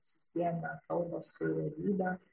susiejame kalbą su realybe